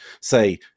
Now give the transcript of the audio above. say